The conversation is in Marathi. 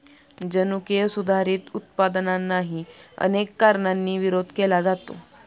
जनुकीय सुधारित उत्पादनांनाही अनेक कारणांनी विरोध केला जातो